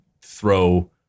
throw